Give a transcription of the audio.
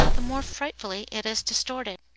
the more frightfully it is distorted.